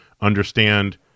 understand